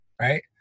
right